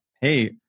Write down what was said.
hey